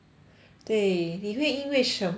对你会因为什么